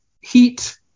heat